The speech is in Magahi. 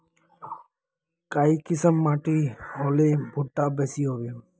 काई किसम माटी होले भुट्टा बेसी होबे?